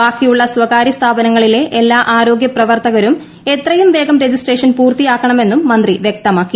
ബാക്കിയുള്ള സ്ഥകാര്യ സ്ഥാപനങ്ങളിലെ എല്ലാ ആരോഗ്യ പ്രവർത്തകരും എത്രയും വേഗം രജിസ്ട്രേഷൻ പൂർത്തിയാക്കണമെന്നും മന്ത്രി വ്യക്തമാക്കി